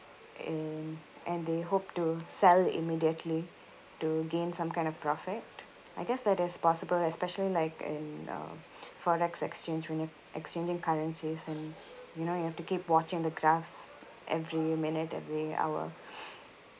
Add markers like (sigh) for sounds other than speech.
in and they hope to sell immediately to gain some kind of profit I guess that is possible especially like in uh forex exchange when you exchanging currencies and you know you have to keep watching the graphs every minute every hour (breath)